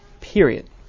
period